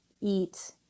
eat